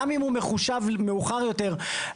גם אם הוא מחושב מאוחר יותר,